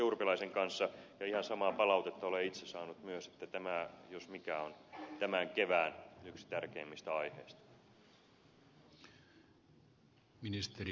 urpilaisen kanssa ja ihan samaa palautetta olen itse saanut myös että tämä jos mikä on tämän kevään yksi tärkeimmistä aiheista